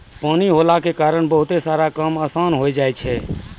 पानी होला के कारण बहुते सारा काम आसान होय जाय छै